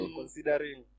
Considering